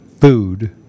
food